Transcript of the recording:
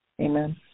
Amen